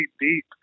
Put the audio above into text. deep